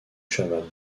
chavanne